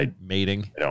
mating